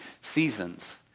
seasons